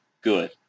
good